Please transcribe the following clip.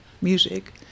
music